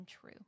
true